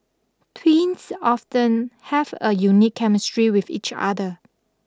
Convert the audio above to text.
twins often have a unique chemistry with each other